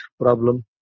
problem